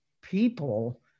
people